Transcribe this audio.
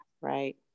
Right